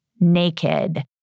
naked